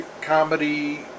comedy